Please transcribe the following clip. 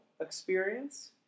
experience